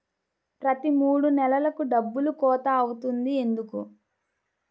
ప్రతి మూడు నెలలకు డబ్బులు కోత అవుతుంది ఎందుకు?